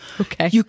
Okay